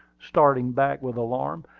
starting back with alarm.